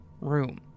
room